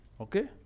Okay